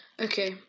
Okay